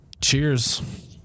Cheers